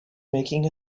making